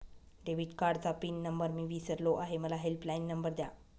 debit कार्डचा pin number मी विसरलो आहे मला हेल्पलाइन नंबर द्या